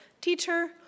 teacher